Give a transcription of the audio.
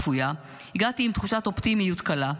אבל למרות ההשכמה הכפויה הגעתי עם תחושת אופטימיות קלה,